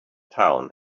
town